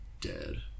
Dead